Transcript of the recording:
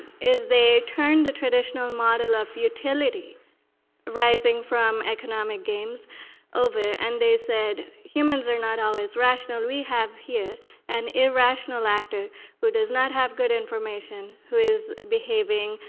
they turned the traditional model of utility arising from economic games over and they said humans are not always rational. we have here an irrational actor who does not have good information, who is behaving